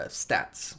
stats